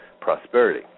prosperity